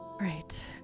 right